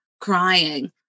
crying